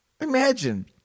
Imagine